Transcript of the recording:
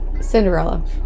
Cinderella